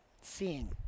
seeing